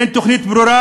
אין תוכנית ברורה,